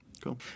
cool